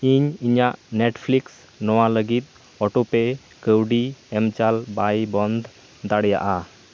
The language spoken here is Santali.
ᱤᱧ ᱤᱧᱟᱹᱜ ᱱᱮᱴᱯᱷᱞᱤᱠᱥ ᱱᱚᱣᱟ ᱞᱟᱹᱜᱤᱫ ᱚᱴᱳᱯᱮ ᱠᱟᱹᱣᱰᱤ ᱮᱢᱪᱟᱞ ᱵᱟᱭ ᱱᱚᱱᱫᱽ ᱫᱟᱲᱮᱭᱟᱜᱼᱟ